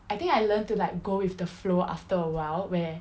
I think I learnt to like go with the flow after awhile where